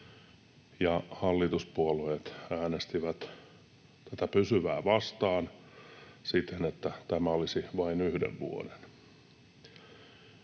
hallituspuolueet äänestivät tätä pysyvyyttä vastaan siten, että tämä olisi vain yhden vuoden.